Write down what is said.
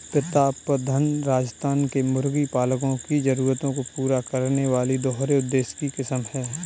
प्रतापधन राजस्थान के मुर्गी पालकों की जरूरतों को पूरा करने वाली दोहरे उद्देश्य की किस्म है